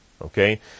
Okay